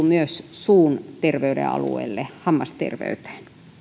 myös suun terveyden alueelle hammasterveyteen